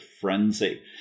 frenzy